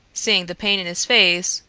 seeing the pain in his face,